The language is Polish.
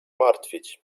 martwić